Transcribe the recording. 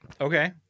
Okay